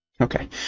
okay